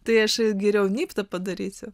tai aš geriau gnybt tą padarysiu